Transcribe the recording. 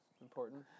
important